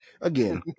Again